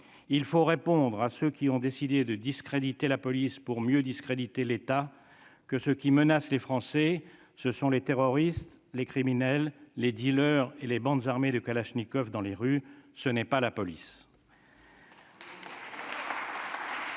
considération. À ceux qui ont décidé de discréditer la police pour mieux discréditer l'État, il faut répondre que ceux qui menacent les Français, ce sont les terroristes, les criminels, les dealers et les bandes armées de kalachnikov dans les rues, mais pas la police